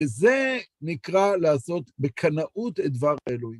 וזה נקרא לעשות בקנאות את דבר האלוהים.